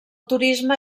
turisme